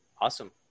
Awesome